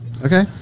Okay